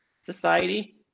society